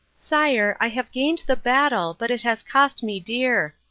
sire, i have gained the battle, but it has cost me dear.